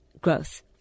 growth